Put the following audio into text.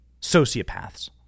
sociopaths